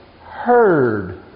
heard